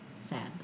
Sad